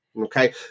Okay